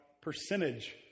percentage